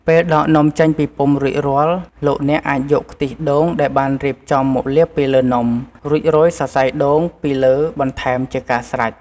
ពេលដកនំចេញពីពុម្ពរួចរាល់ លោកអ្នកអាចយកខ្ទិះដូងដែលបានរៀបចំមកលាបពីលើនំ រួចរោយសរសៃដូងពីលើបន្ថែមជាការស្រេច។